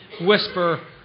whisper